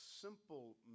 simple